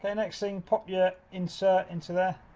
and next thing, pop your insert into there.